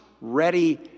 ready